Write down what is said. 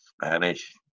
spanish